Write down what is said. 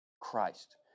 Christ